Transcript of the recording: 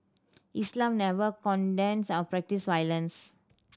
Islam never condones or practise violence